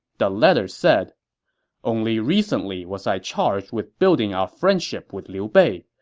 the letter said only recently was i charged with building our friendship with liu bei.